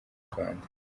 rwanda